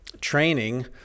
training